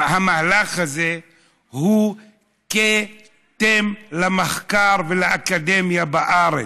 המהלך הזה הוא כתם למחקר ולאקדמיה בארץ,